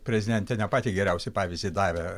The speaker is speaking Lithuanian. prezidentė ne patį geriausią pavyzdį davė